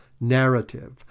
narrative